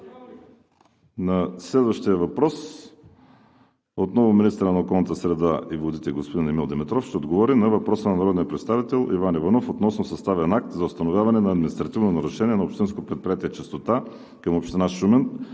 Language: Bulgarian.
Следващият въпрос. Отново министърът на околната среда и водите господин Емил Димитров ще отговори на въпроса на народния представител Иван Иванов относно съставен акт за установяване на административно нарушение на Общинско предприятие „Чистота“ към Община Шумен